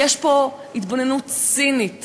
יש פה התבוננות צינית